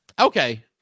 Okay